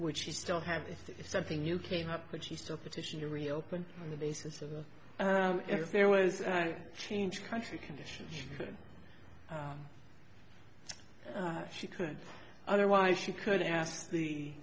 it is something you came up but she still petition to reopen on the basis of if there was a change country conditions she could otherwise she could ask the